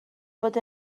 bod